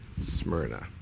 Smyrna